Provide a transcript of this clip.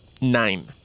nine